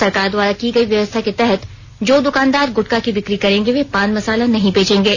सरकार द्वारा की गई व्यवस्था के तहत जो दुकानदार गुटका की बिक्री करेंगे वे पान मसाला नहीं बेचेगें